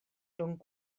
rhwng